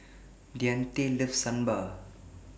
Deante loves Sambar